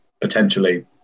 potentially